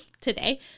today